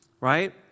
Right